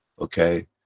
Okay